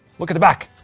look at the back